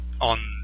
on